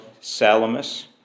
Salamis